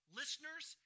listeners